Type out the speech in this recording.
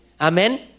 Amen